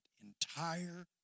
entire